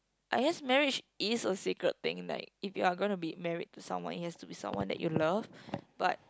I guess marriage is a sacred thing like if you are gonna be married to someone it has to be someone that you love but